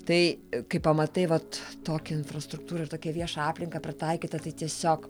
tai kai pamatai vat tokią infrastruktūrą ir tokią viešą aplinką pritaikytą tai tiesiog